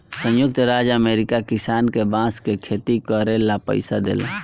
संयुक्त राज्य अमेरिका किसान के बांस के खेती करे ला पइसा देला